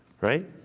right